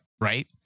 right